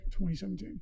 2017